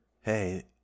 hey